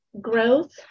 growth